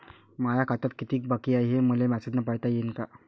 माया खात्यात कितीक बाकी हाय, हे मले मेसेजन पायता येईन का?